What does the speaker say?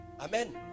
Amen